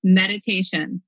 meditation